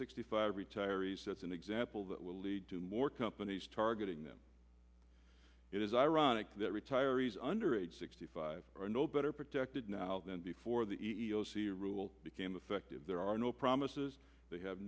sixty five retirees that's an example that will lead to more companies targeting them it is ironic that retirees under age sixty five are no better protected now than before the e e o c rule became effective there are no promises they have